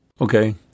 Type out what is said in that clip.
Okay